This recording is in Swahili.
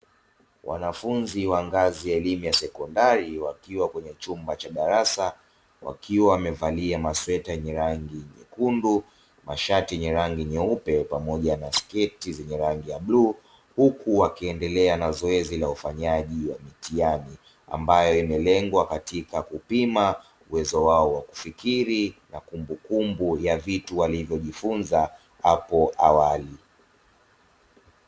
Wanafunzi wa ngazi ya elimu ya sekondari wakiwa kwenye chumba cha darasa wakiwa wamevalia masweta yenye rangi nyekundu na mashati yenye rangi nyeupe pamoja na sketi zenye rangi ya bluu huku wakiendelea na zoezi la ufanyaji wa mitihani ambayo ambayo imelengwa katika kupima uwezo wao wa kufikiri na kumbukumbu ya vitu alivyojifunza hapo awali.